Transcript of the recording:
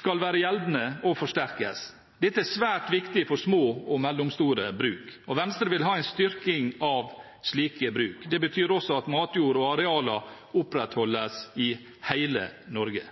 skal være gjeldende og forsterkes. Dette er svært viktig for små og mellomstore bruk. Venstre vil ha en styrking av slike bruk. Det betyr også at matjord og arealer opprettholdes i hele Norge.